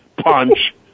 Punch